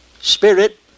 Spirit